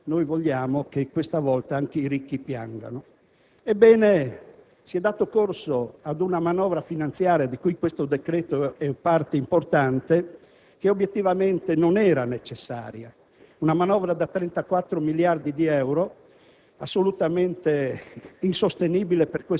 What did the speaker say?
Comunista, che ha tracciato la linea, che diceva: «Anche i ricchi piangano». Ebbene, si è dato corso ad una manovra finanziaria, di cui questo decreto è parte importante, che obiettivamente non era necessaria. Una manovra da 34 miliardi di euro,